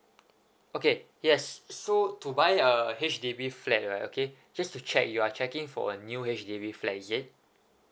okay yes so to buy a H_D_B flat right okay just to check you are checking for a new H_D_B flat is it